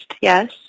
yes